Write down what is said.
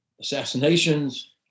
assassinations